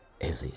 alien